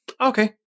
Okay